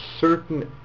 certain